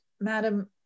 madam